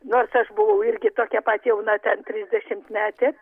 nors aš buvau irgi tokia pat jauna ten trisdešimtmetė